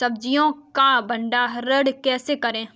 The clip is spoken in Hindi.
सब्जियों का भंडारण कैसे करें?